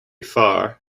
far